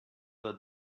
led